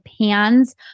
pans